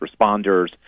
responders